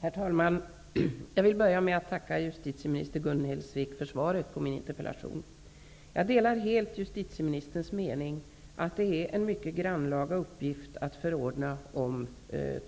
Herr talman! Jag vill börja med att tacka justitieminister Gun Hellsvik för svaret på min interpellation. Jag delar helt justitieministerns mening att det är en mycket grannlaga uppgift att förordna om